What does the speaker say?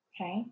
okay